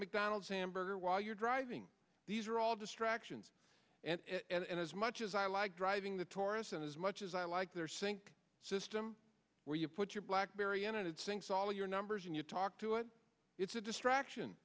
mcdonald's hamburger while you're driving these are all distractions and as much as i like driving the taurus and as much as i like their sync system where you put your blackberry united sinks all your numbers and you talk to it it's a distraction